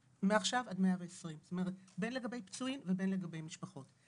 עד 120. בין לגבי פצועים ובין לגבי המשפחות.